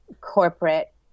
corporate